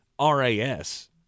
ras